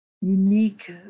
unique